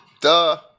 Duh